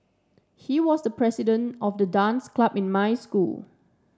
he was the president of the dance club in my school